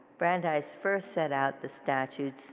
brandeis first set out the statues